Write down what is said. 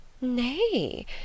Nay